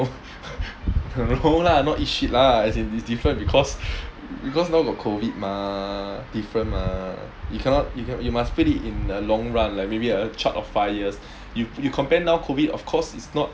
no lah not eat shit lah as in it's different because because now got COVID mah different mah you cannot you can~ you must put it in the long run like maybe uh chuck for five years y~ you compare now COVID of course it's not